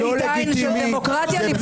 הייעוץ המשפטי.